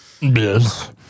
Yes